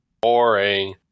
Boring